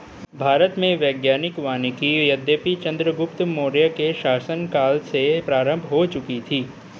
भारत में वैज्ञानिक वानिकी यद्यपि चंद्रगुप्त मौर्य के शासन काल में प्रारंभ हो चुकी थी